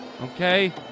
okay